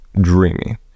dreamy